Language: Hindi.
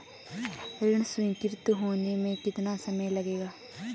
ऋण स्वीकृति होने में कितना समय लगेगा?